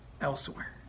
elsewhere